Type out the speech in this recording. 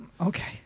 Okay